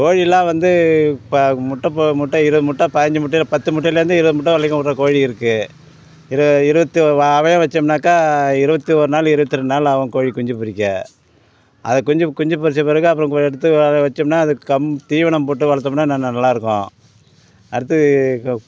கோழியெலாம் வந்து ப முட்டைப்போ முட்டை இருபது முட்டை பைஞ்சு முட்டை இல்லை பத்து முட்டையிலேருந்து இருவது முட்டை வரையிலைக்கும் விட்ற கோழி இருக்குது இரு இருபத்தி ஆ அவயம் வைச்சோம்னாக்கா இருபத்தி ஒரு நாள் இருபத்தி ரெண்டு நாள் ஆகும் கோழிக் குஞ்சு பொரிக்க அதை குஞ்சு குஞ்சுப் பொரிச்சப் பிறகு அப்புறம் எடுத்து அதை வைச்சோம்னா அது கம் தீவனம் போட்டு வளர்த்தோம்னா ந ந நல்லாயிருக்கும் அடுத்து